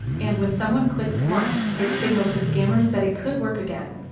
and when someone clicks once it signals to scammers that it could work again.